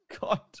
god